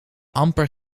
amper